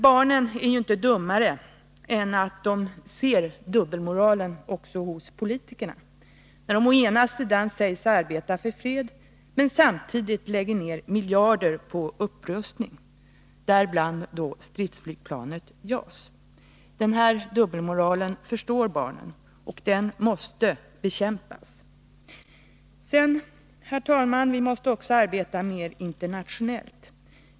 Barnen är inte dummare än att de ser dubbelmoralen också hos politikerna, när de å ena sidan säger sig arbeta för fred men å andra sidan lägger ner miljarder på upprustning, däribland på stridsflygplanet JAS. Denna dubbelmoral förstår barnen, och den måste bekämpas. Herr talman! Vi måste också arbeta mer internationellt.